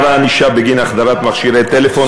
שתוחמר הענישה בגין החדרת מכשירי טלפון